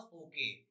okay